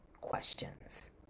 questions